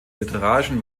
literarischen